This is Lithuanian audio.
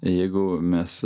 jeigu mes